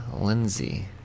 Lindsay